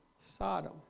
Sodom